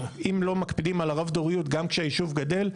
אם לא מקפידים על הרב דוריות גם כשהישוב גדל,